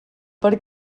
per